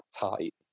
tight